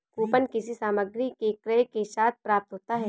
coupon किसी सामग्री के क्रय के साथ प्राप्त होता है